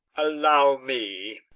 allow me!